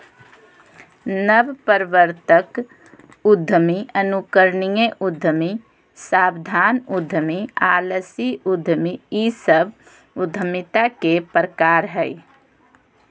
नवप्रवर्तक उद्यमी, अनुकरणीय उद्यमी, सावधान उद्यमी, आलसी उद्यमी इ सब उद्यमिता के प्रकार हइ